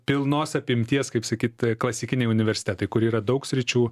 pilnos apimties kaip sakyt klasikiniai universitetai kur yra daug sričių